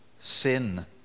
sin